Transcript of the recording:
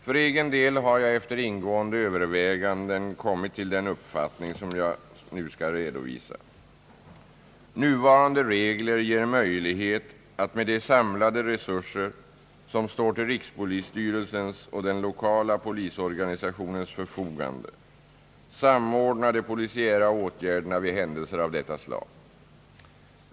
För egen del har jag nu efter ingående överväganden kommit till den uppfattning som jag vill redovisa här. Nuvarande regler ger möjlighet att med de samlade resurser som står till rikspolisstyrelsens och den lokala polisorganisationens förfogande samordna de polisiära åtgärderna vid händelser av detta slag.